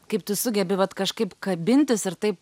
kaip tu sugebi vat kažkaip kabintis ir taip